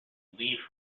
leave